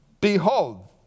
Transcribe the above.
behold